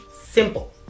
simple